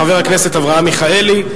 חבר הכנסת אברהם מיכאלי,